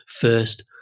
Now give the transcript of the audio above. first